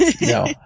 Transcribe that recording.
No